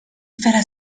فلا